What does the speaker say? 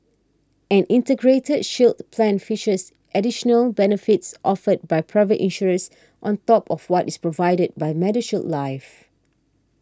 an Integrated Shield Plan features additional benefits offered by private insurers on top of what is provided by MediShield Life